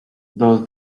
does